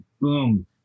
boom